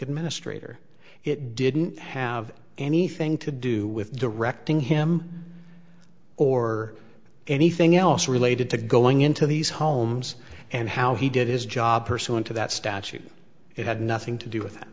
administrator it didn't have anything to do with directing him or anything else related to going into these homes and how he did his job pursuant to that statute it had nothing to do with what